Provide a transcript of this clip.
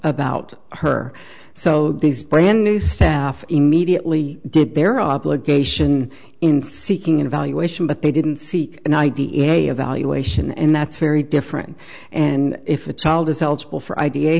about her so these brand new staff immediately did their obligation in seeking an evaluation but they didn't seek an i d a evaluation and that's very different and if a child is eligible for i